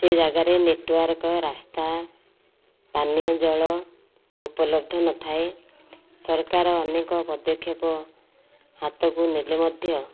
ସେ ଜାଗାରେ ନେଟୱାର୍କ ରାସ୍ତା ପାନୀୟଜଳ ଉପଲବ୍ଧ ନଥାଏ ସରକାର ଅନେକ ପଦକ୍ଷେପ ହାତକୁ ନେଲେ ମଧ୍ୟ